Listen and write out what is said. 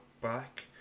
back